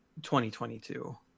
2022